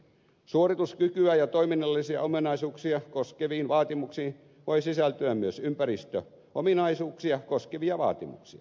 suorituskykyä ja toiminnallisia ominaisuuksia koskeviin vaatimuksiin voi sisältyä myös ympäristöominaisuuksia koskevia vaatimuksia